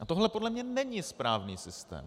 A tohle podle mě není správný systém.